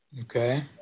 okay